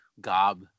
gob